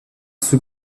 sous